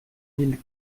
mille